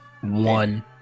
One